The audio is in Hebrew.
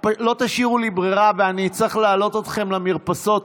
לא תשאירו לי ברירה ואני אצטרך להעלות אתכם למרפסות.